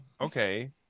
Okay